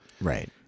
Right